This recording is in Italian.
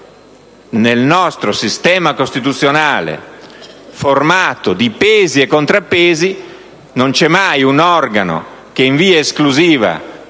nel nostro sistema costituzionale, formato di pesi e contrappesi, non c'è mai un organo che in via esclusiva